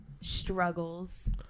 struggles